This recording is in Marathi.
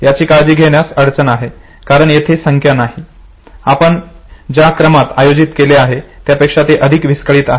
याची काळजी घेण्यात अडचण आहे कारण येथे संख्या नाही आपण ज्या क्रमात आयोजित केले आहे त्यापेक्षा ते अधिक विस्कळीत आहे